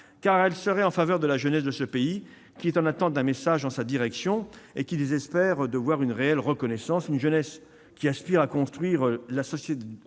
car elle serait en faveur de la jeunesse de ce pays, qui est en attente d'un message en sa direction, désespère de voir une réelle reconnaissance, aspire à construire la société